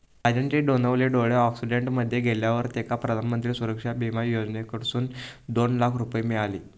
राजनचे दोनवले डोळे अॅक्सिडेंट मध्ये गेल्यावर तेका प्रधानमंत्री सुरक्षा बिमा योजनेसून दोन लाख रुपये मिळाले